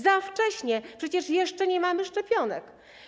Za wcześnie, przecież jeszcze nie mamy szczepionek.